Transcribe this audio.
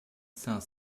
cinq